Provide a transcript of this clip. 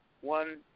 one